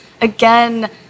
again